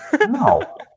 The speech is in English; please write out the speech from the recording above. No